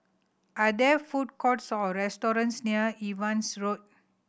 are there food courts or restaurants near Evans Road